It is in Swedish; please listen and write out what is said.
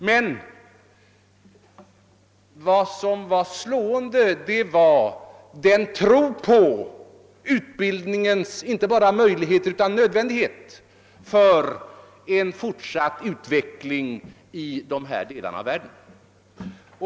Det slående var emellertid den starka tron på utbildningens inte bara möjligheter utan nödvändighet för en fortsatt utveckling i vår del av världen.